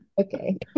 Okay